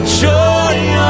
joy